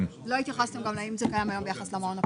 לא התייחסתם גם להאם זה קיים היום ביחס במעון הפרטי.